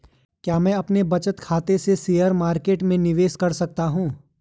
क्या मैं अपने बचत खाते से शेयर मार्केट में निवेश कर सकता हूँ?